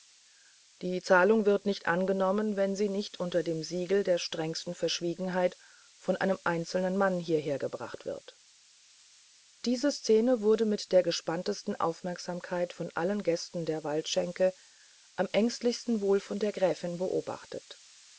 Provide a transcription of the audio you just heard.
die zahlung wird nicht angenommen wenn sie nicht unter dem siegel der strengsten verschwiegenheit von einem einzelnen mann hiehergebracht wird diese szene wurde mit der gespanntesten aufmerksamkeit von allen gästen der waldschenke am ängstlichsten wohl von der gräfin beobachtet